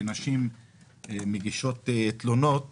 שנשים מגישות תלונות